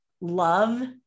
love